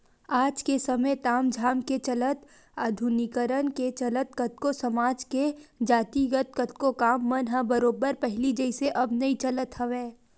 आज के समे ताम झाम के चलत आधुनिकीकरन के चलत कतको समाज के जातिगत कतको काम मन ह बरोबर पहिली जइसे अब नइ चलत हवय